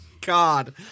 God